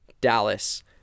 Dallas